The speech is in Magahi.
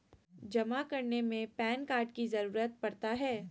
जमा करने में पैन कार्ड की जरूरत पड़ता है?